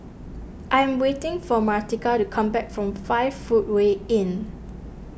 I am waiting for Martika to come back from five Footway Inn